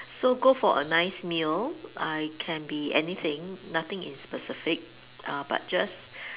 so go for a nice meal I can be anything nothing in specific but just